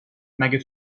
مگه